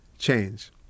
change